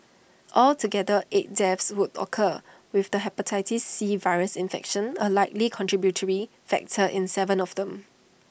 altogether eight deaths would occur with the Hepatitis C virus infection A likely contributory factor in Seven of them